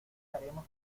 haremos